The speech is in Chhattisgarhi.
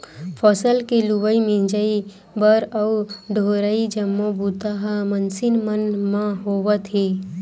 फसल के लुवई, मिजई बर अउ डोहरई जम्मो बूता ह मसीन मन म होवत हे